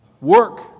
Work